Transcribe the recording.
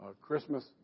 Christmas